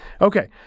Okay